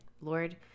Lord